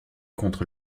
contre